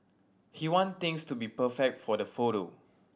he want things to be perfect for the photo